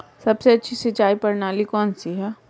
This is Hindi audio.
सबसे अच्छी सिंचाई प्रणाली कौन सी है?